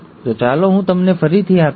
તો ચાલો હું તમને ફરીથી આ કહું